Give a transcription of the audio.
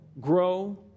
grow